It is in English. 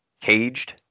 caged